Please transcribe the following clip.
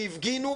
שהפגינו,